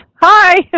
Hi